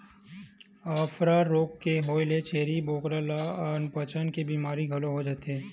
अफारा रोग के होए ले छेरी बोकरा ल अनपचक के बेमारी घलो हो जाथे